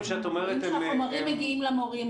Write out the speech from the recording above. אנחנו רואים שהחומרים מגיעים למורים.